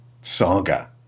saga